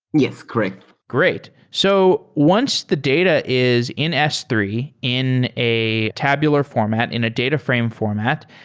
yes. correct great. so once the data is in s three in a tabular format, in a data frame format,